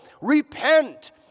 repent